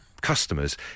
customers